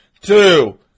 Two